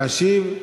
להשיב.